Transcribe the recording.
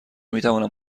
میتوانم